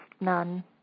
none